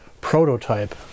prototype